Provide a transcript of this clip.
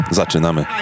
zaczynamy